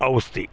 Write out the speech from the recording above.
ಔಷ್ಧಿ